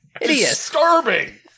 disturbing